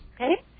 okay